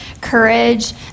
courage